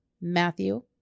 Matthew